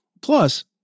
Plus